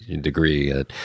degree